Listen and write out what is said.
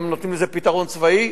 הם נותנים לזה פתרון צבאי,